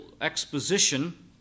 exposition